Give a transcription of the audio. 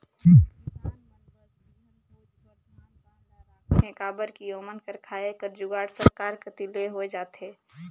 अब किसान मन बस बीहन भोज बर धान पान ल राखथे काबर कि ओमन कर खाए कर जुगाड़ सरकार कती ले होए जाथे